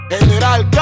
General